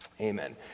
Amen